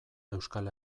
euskal